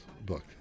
book